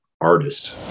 Artist